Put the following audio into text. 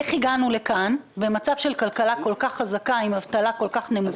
איך הגענו לכאן במצב של כלכלה כל כך חזקה עם אבטלה כל כך נמוכה?